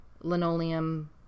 linoleum